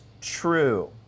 true